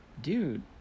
dude